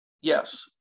yes